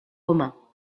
romains